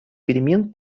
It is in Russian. перемен